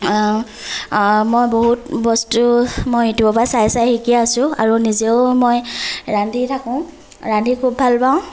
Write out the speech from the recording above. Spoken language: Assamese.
মই বহুত বস্তু মই ইউটিউবৰ পৰা চাই চাই শিকি আছোঁ আৰু নিজেও মই ৰান্ধি থাকোঁ ৰান্ধি খুব ভালপাওঁ